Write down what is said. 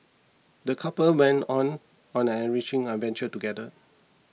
the couple went on on an enriching adventure together